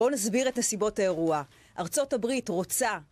בוא נסביר את נסיבות האירוע. ארצות הברית רוצה.